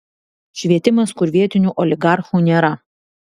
švietimas kur vietinių oligarchų nėra